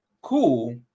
cool